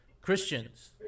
Christians